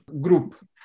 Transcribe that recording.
group